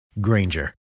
Granger